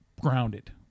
grounded